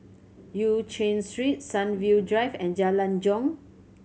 Eu Chin Street Sunview Drive and Jalan Jong